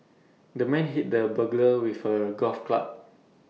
the man hit the burglar with A golf club